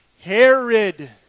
Herod